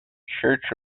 church